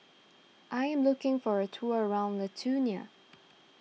I am looking for a tour around Lithuania